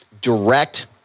direct